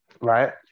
right